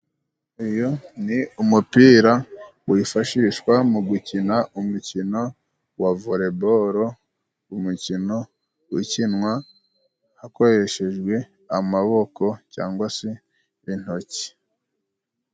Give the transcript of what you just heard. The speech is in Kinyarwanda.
Uyu ni umupira wifashishwa mu gukina umukino wa volebolo, umukino ukinwa hakoreshejwe amaboko cyangwa se intoki.